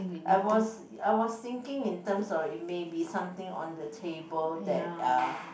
I was I was thinking in terms of it may be something on the table that are